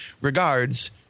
Regards